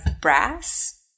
brass